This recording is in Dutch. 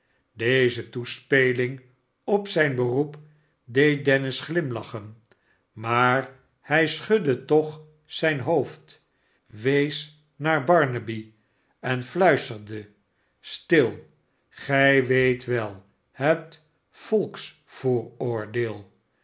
deze toespeling op zijn beroep deed dennis glimlachen maar hij schudde toch zijn hoofd wees naar barnaby en fluisterde sstil gij weet wel het